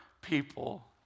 people